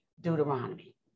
Deuteronomy